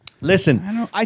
Listen